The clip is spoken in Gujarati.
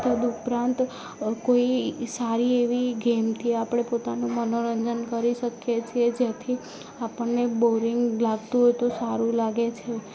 તદ ઉપરાંત કોઈ સારી એવી ગેમથી આપણે પોતાનું મનોરંજન કરી શકીએ છીએ જેથી આપણને બોરિંગ લાગતું હોય તો સારું લાગે છે